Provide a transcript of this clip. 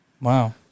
Wow